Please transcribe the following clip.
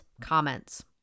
comments